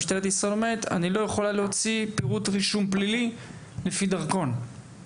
משטרת ישראל אומרת: "אני לא יכולה להוציא פירוט רישום פלילי לפי דרכון".